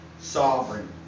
sovereign